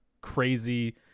crazy